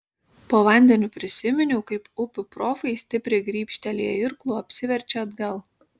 po vandeniu prisiminiau kaip upių profai stipriai grybštelėję irklu apsiverčia atgal